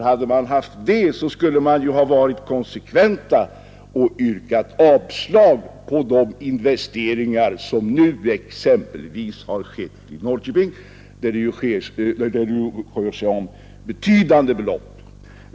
Hade man haft det, skulle man ju ha varit konsekvent och yrkat avslag på de investeringar som nu skett exempelvis i Norrköping och som uppgår till betydande belopp.